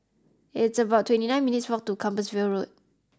it's about twenty nine minutes' walk to Compassvale Road